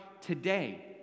today